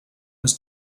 was